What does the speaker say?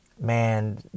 man